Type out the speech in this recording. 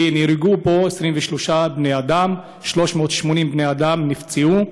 כי נהרגו בו 23 בני-אדם, 380 בני-אדם נפצעו.